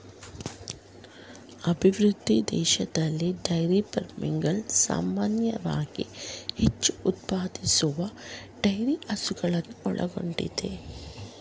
ಅಭಿವೃದ್ಧಿ ದೇಶದಲ್ಲಿ ಡೈರಿ ಫಾರ್ಮ್ಗಳು ಸಾಮಾನ್ಯವಾಗಿ ಹೆಚ್ಚು ಉತ್ಪಾದಿಸುವ ಡೈರಿ ಹಸುಗಳನ್ನು ಒಳಗೊಂಡಿದೆ